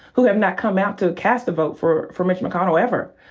who have not come out to cast a vote for for mitch mcconnell ever.